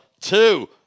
two